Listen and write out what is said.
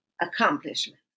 accomplishment